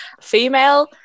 female